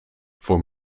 voor